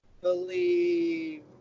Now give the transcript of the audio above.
believe